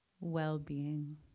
well-being